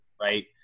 Right